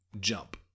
jump